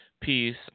peace